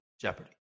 jeopardy